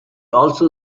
also